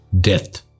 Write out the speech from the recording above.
DEATH